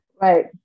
right